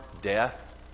death